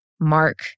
Mark